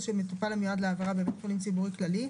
של מטופל המיועד להעברה בבית חולים ציבורי כללי,